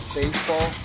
baseball